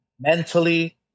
Mentally